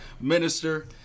minister